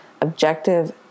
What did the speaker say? objective